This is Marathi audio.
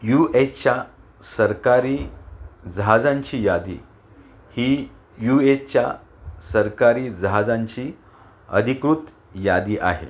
यू एचच्या सरकारी जहाजांची यादी ही यू एचच्या सरकारी जहाजांची अधिकृत यादी आहे